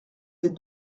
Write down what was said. des